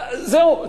זהו.